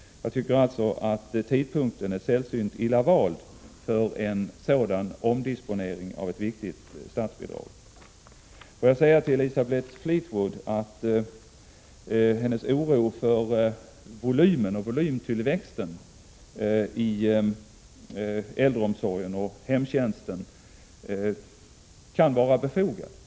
Jag tycker således att tidpunkten för en sådan omdisponering av ett viktigt statsbidrag skulle vara sällsynt illa vald. Elisabeth Fleetwoods oro över volymen och volymtillväxten i äldreomsorgen och hemtjänsten kan vara befogad.